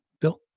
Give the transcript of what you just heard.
Bill